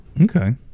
Okay